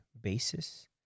basis